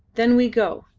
then we go,